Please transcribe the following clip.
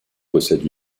possède